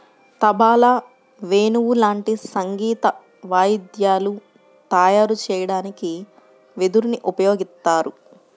తబలా, వేణువు లాంటి సంగీత వాయిద్యాలు తయారు చెయ్యడానికి వెదురుని ఉపయోగిత్తారు